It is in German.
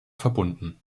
verbunden